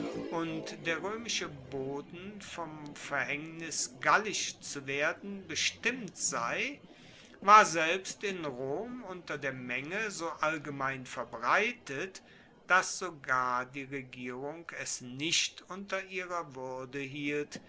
und der roemische boden vom verhaengnis gallisch zu werden bestimmt sei war selbst in rom unter der menge so allgemein verbreitet dass sogar die regierung es nicht unter ihrer wuerde hielt